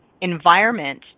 environment